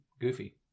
goofy